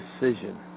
decision